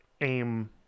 aim